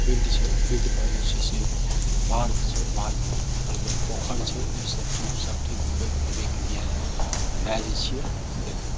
field छै फिल्डपर जे छै से पार्क छै पार्क बगलमे पोखरि छै ईसब चीज सगठे घुमबै फिरबैके लिए लै जाए छिए नहि नहि